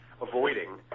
avoiding